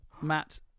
Matt